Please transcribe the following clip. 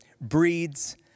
breeds